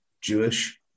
Jewish